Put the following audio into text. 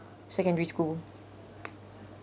secondary school